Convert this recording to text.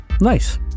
Nice